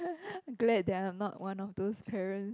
glad that I am not one of those parents